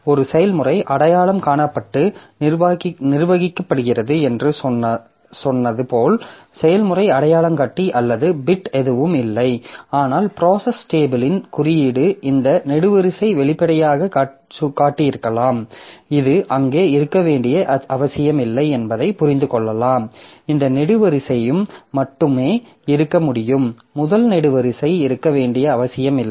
ஒரு செயல்முறை அடையாளம் காணப்பட்டு நிர்வகிக்கப்படுகிறது என்று சொன்னது போல் செயல்முறை அடையாளங்காட்டி அல்லது பிட் எதுவும் இல்லை ஆனால் ப்ராசஸ் டேபிளின் குறியீடு இந்த நெடுவரிசை வெளிப்படையாகக் காட்டியிருந்தாலும் இது அங்கு இருக்க வேண்டிய அவசியமில்லை என்பதை புரிந்து கொள்ளலாம் இந்த நெடுவரிசையும் மட்டுமே இருக்க முடியும் முதல் நெடுவரிசை இருக்க வேண்டிய அவசியமில்லை